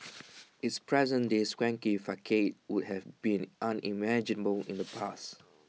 its present day swanky facade would have been unimaginable in the past